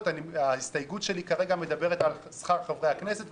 ההסתייגות שלי כרגע מדברת על שכר חברי הכנסת,